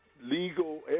legal